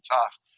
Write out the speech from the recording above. tough